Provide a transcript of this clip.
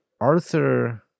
Arthur